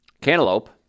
cantaloupe